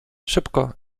szybko